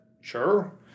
Sure